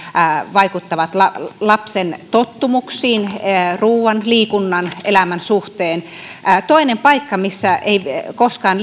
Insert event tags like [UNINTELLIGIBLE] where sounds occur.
vaikuttavat lapsen tottumuksiin ruuan liikunnan ja elämän suhteen toinen paikka missä ei koskaan [UNINTELLIGIBLE]